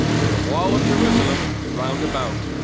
and the wall of jerusalem round about.